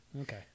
Okay